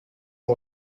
and